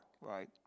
Right